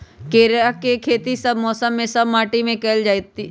केराके खेती सभ मौसम में सभ माटि में कएल जाइ छै